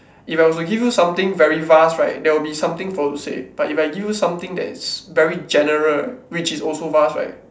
if I was to give you something very vast right there will something for you to say but if I give you something that's very general right which is also vast right